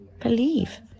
believe